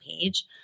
page